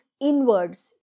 inwards